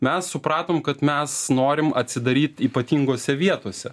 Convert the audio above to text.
mes supratom kad mes norim atsidaryt ypatingose vietose